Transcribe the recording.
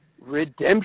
redemption